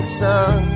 sun